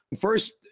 First